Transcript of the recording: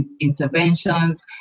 interventions